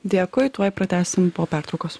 dėkui tuoj pratęsim po pertraukos